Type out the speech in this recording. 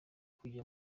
kujya